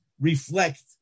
reflect